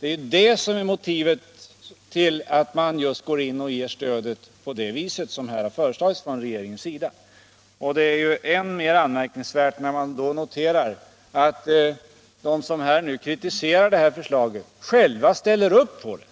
är själva motivet till att man går in och ger stödet på det sätt som har föreslagits från regeringens sida. Det är än mer anmärkningsvärt när man noterar att de som nu kritiserar förslaget själva ställer upp på det.